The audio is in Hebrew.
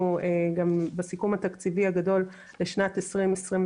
גם בסיכום התקציבי הגדול לשנת 2021,